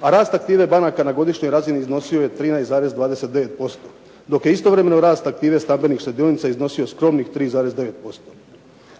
A rast aktive banaka na godišnjoj razini iznosio je 13,29% dok je istovremeno rast aktive stambenih štedionica iznosio skromnih 3,9%.